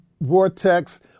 vortex